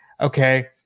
okay